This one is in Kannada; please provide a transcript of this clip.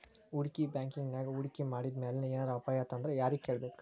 ಹೂಡ್ಕಿ ಬ್ಯಾಂಕಿನ್ಯಾಗ್ ಹೂಡ್ಕಿ ಮಾಡಿದ್ಮ್ಯಾಲೆ ಏನರ ಅಪಾಯಾತಂದ್ರ ಯಾರಿಗ್ ಹೇಳ್ಬೇಕ್?